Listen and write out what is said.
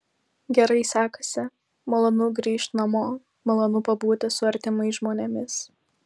gerai sekasi malonu grįžt namo malonu pabūti su artimais žmonėmis